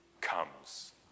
comes